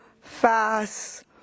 fast